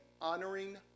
honoring